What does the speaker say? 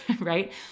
right